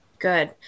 Good